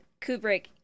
Kubrick